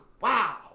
Wow